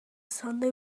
sunday